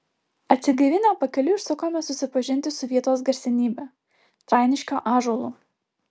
atsigaivinę pakeliui užsukome susipažinti su vietos garsenybe trainiškio ąžuolu